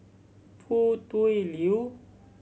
Foo Tui Liew